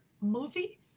movie